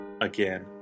Again